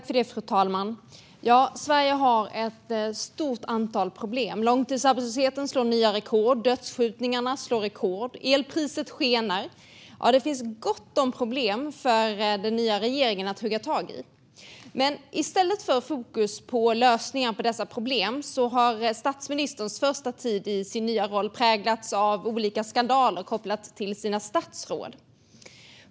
Fru talman! Sverige har ett stort antal problem. Långtidsarbetslösheten slår nya rekord, dödsskjutningarna slår rekord, elpriset skenar - ja, det finns gott om problem för den nya regeringen att hugga tag i. Men i stället för fokus på lösningar på dessa problem har statsministerns första tid i denna roll präglats av olika skandaler kopplade till hennes statsråd.